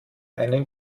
einen